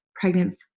pregnant